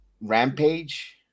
rampage